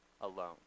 alone